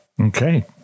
Okay